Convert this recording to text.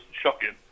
shocking